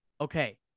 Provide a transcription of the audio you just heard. Okay